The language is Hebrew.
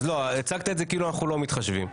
אבל הצגת את זה כאילו אנחנו לא מתחשבים --- לא,